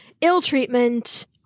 ill-treatment